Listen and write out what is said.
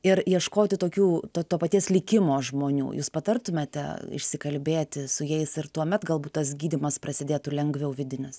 ir ieškoti tokių to to paties likimo žmonių jūs patartumėte išsikalbėti su jais ir tuomet galbūt tas gydymas prasidėtų lengviau vidinis